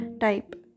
type